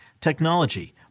technology